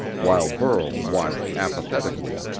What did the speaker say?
while burl watched apathetically.